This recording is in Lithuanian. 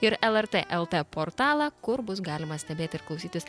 ir lrt el t portalą kur bus galima stebėti ir klausytis